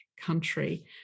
country